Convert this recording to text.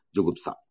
Jugupsa